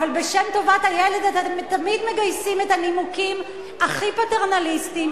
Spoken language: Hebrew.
אבל בשם טובת הילד אתם תמיד מגייסים את הנימוקים הכי פטרנליסטיים,